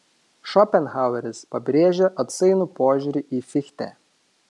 šopenhaueris pabrėžia atsainų požiūrį į fichtę